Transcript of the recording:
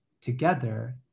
together